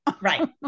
right